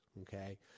okay